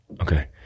Okay